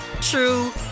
true